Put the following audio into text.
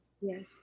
Yes